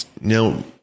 now